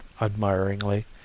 admiringly